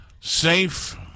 safe